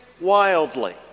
wildly